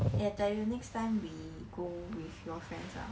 eh I tell you next time we go with your friends ah